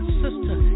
sister